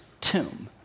tomb